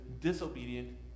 disobedient